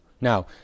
Now